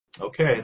Okay